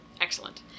Excellent